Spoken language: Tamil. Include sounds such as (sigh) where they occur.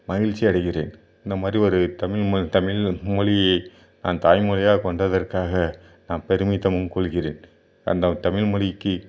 மகிழ்ச்சி அடைகிறேன் இந்தமாதிரி ஒரு தமிழ் ம தமிழ்மொழியை நான் தாய்மொழியாக கொண்டதற்காக நான் பெருமிதம் கொள்கிறேன் (unintelligible) தமிழ்மொழிக்கு